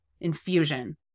infusion